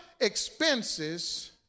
expenses